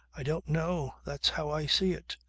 i don't know. that's how i see it.